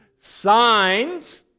signs